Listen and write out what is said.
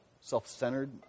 self-centered